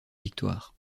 victoires